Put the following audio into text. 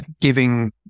giving